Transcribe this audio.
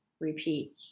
Repeat